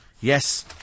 Yes